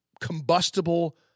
combustible